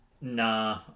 nah